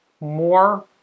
more